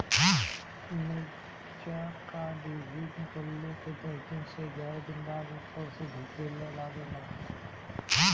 मिरचा क डिभी निकलले के दस से एग्यारह दिन बाद उपर से झुके लागेला?